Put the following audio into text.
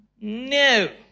no